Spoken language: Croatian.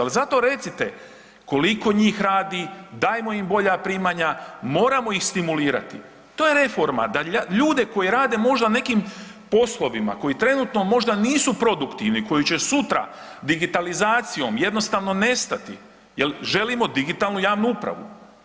Al zato recite koliko njih radi, dajmo im bolja primanja, moramo ih stimulirati, to je reforma da ljude koji rade možda na nekim poslovima koji trenutno možda nisu produktivni, koji će sutra digitalizacijom jednostavno nestati jel želimo digitalnu javnu upravu.